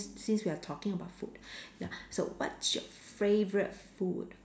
since we are talking about food ya so what's your favorite food